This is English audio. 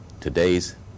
today's